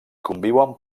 conviuen